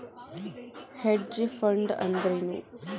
Hedge fund ಅಂದ್ರೇನು?